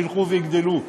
ילכו ויגדלו,